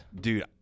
Dude